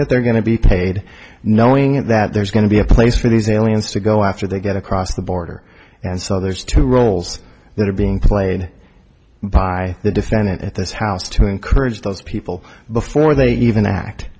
that they're going to be paid knowing that there's going to be a place for these aliens to go after they get across the border and so there's two roles that are being played by the defendant at this house to encourage those people before they even act